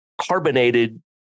carbonated